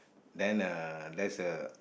then uh there's a